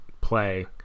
play